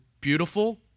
beautiful